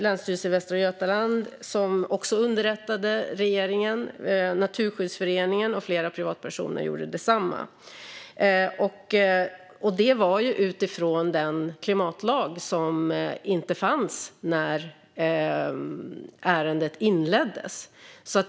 Länsstyrelsen i Västra Götaland underrättade också regeringen, och Naturskyddsföreningen och flera privatpersoner gjorde detsamma. Detta skedde utifrån den klimatlag som inte fanns när ärendet inleddes.